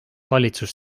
valitsus